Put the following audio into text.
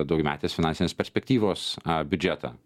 daugiametės finansinės perspektyvos biudžetą